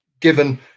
given